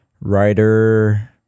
writer